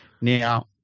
Now